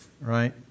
right